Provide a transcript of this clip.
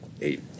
eight